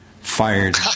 fired